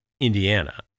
indiana